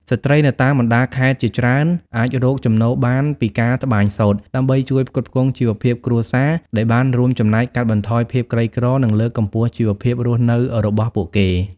ស្ត្រីនៅតាមបណ្តាខេត្តជាច្រើនអាចរកចំណូលបានពីការត្បាញសូត្រ ដើម្បីជួយផ្គត់ផ្គង់ជីវភាពគ្រួសារ ដែលបានរួមចំណែកកាត់បន្ថយភាពក្រីក្រ និងលើកកម្ពស់ជីវភាពរស់នៅរបស់ពួកគេ។